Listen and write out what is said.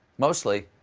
mostly,